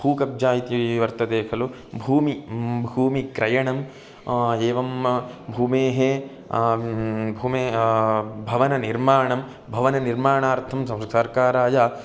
भूकब्जा इति वर्तते खलु भूमेः भूमिक्रयणम् एवं भूमेः भूमेः भवनं निर्माणं भवनं निर्माणार्थं सं सर्वकाराय